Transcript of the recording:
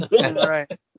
Right